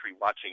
watching